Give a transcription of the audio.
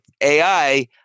AI